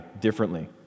differently